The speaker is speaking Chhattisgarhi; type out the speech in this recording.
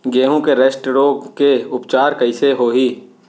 गेहूँ के रस्ट रोग के उपचार कइसे होही?